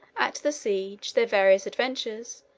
at the siege, their various adventures,